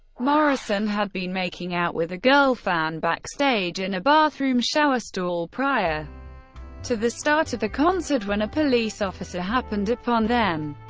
morrison had been making out with a girl fan backstage in a bathroom shower stall prior to the start of the concert when a police officer happened upon them.